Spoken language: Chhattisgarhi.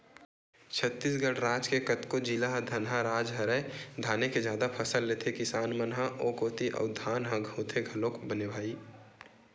छत्तीसगढ़ राज के कतको जिला ह धनहा राज हरय धाने के जादा फसल लेथे किसान मन ह ओ कोती अउ धान ह होथे घलोक बने भई